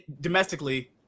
domestically